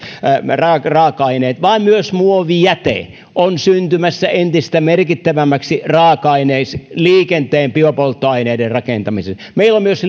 raaka raaka aineet vaan myös muovijäte on syntymässä entistä merkittävämmäksi raaka aineeksi liikenteen biopolttoaineiden rakentamiseen meillä on myös